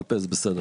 בקצרה.